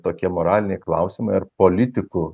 tokie moraliniai klausimai ar politikų